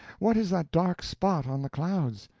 what is that dark spot on the clouds?